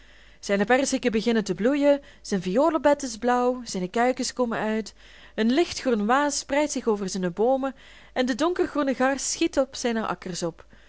zijne perziken beginnen te bloeien zijn violenbed is blauw zijne kuikens komen uit een lichtgroen waas spreidt zich over zijne boomen en de donkergroene garst schiet op zijne akkers op